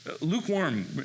Lukewarm